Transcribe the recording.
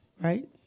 right